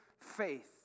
faith